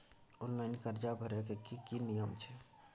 Online कर्जा भरै के की नियम छै?